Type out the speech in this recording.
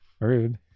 rude